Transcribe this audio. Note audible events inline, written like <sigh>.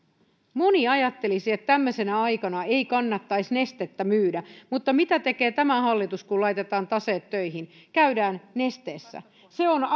moni ajattelisi että tämmöisenä aikana ei kannattaisi nestettä myydä mutta mitä tekee tämä hallitus kun laitetaan taseet töihin käydään nesteessä se on <unintelligible>